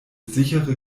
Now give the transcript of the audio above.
sichere